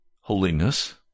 holiness